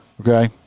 Okay